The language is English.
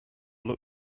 look